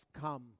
come